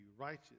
righteous